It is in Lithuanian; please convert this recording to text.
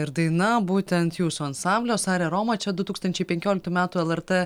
ir daina būtent jūsų ansamblio sare roma čia du tūkstančiai penkioliktų metų lrt